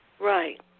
Right